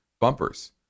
bumpers